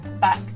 back